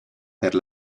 per